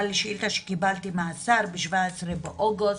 לשאילתא שקיבלתי מהשר ב-17 באוגוסט,